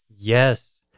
Yes